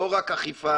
לא רק אכיפה,